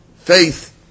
Faith